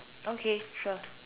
okay sure